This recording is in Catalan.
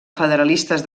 federalistes